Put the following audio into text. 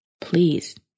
Please